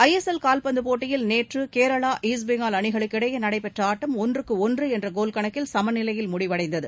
ஐ S L கால்பந்து போட்டியில் நேற்று கேரளா ஈஸ்ட் பெங்கால் அணிகளுக்கிடையே நடைபெற்ற ஆட்டம் ஒன்றுக்கு ஒன்று என்ற கோல் கணக்கில் சமநிலையில் முடிவடைந்தது